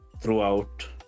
throughout